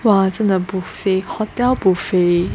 !wah! 真的 buffet hotel buffet